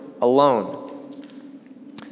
alone